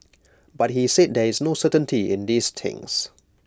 but he said there is no certainty in these things